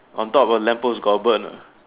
on top of your lamp post got a bird or not